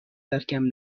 ترکم